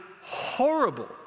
horrible